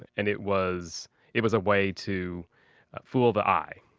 and it was it was a way to fool the eye,